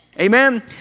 Amen